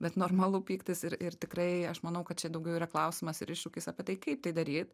bet normalu pyktis ir ir tikrai aš manau kad čia daugiau yra klausimas ir iššūkis apie tai kaip tai daryt